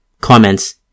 Comments